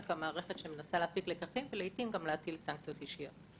אלא כמערכת שמנסה להפיק לקחים ולעיתים גם להטיל סנקציות אישיות.